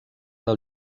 del